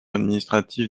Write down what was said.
administratives